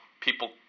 people